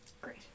great